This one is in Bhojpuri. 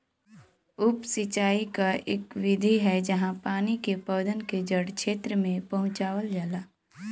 उप सिंचाई क इक विधि है जहाँ पानी के पौधन के जड़ क्षेत्र में पहुंचावल जाला